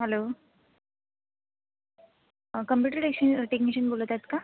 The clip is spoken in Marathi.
हॅलो कम्प्युटर टेक्शी टेक्निशियन बोलत आहेत का